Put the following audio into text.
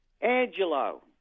Angelo